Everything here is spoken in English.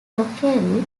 locally